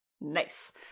Nice